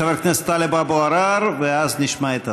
חבר הכנסת טלב אבו עראר, ואז נשמע את השר.